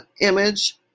image